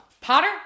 Potter